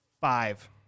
Five